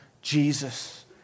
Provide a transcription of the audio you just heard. Jesus